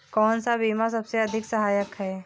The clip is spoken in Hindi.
कौन सा बीमा सबसे अधिक सहायक है?